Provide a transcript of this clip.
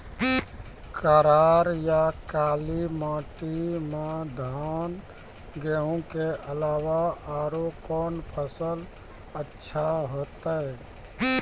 करार या काली माटी म धान, गेहूँ के अलावा औरो कोन फसल अचछा होतै?